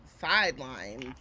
sidelines